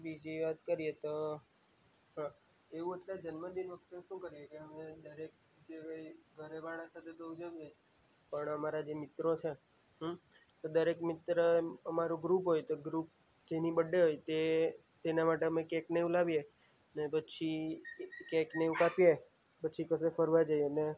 બીજી વાત કરીએ તો હા એ વખતે જન્મદિન વખતે શું કરીએ કે અમે દરેક જે કંઈ ઘરવાળા સાથે તો ઉજવીએ પણ અમારા જે મિત્રો છે દરેક મિત્ર અમારું ગ્રુપ હોય તો ગ્રુપ જેની બર્થડે હોય તે તેના માટે કેક ને એવું લાવીએ ને પછી કેક ને એવું કાપીએ પછી કશે ફરવા જઈએ ને